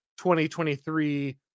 2023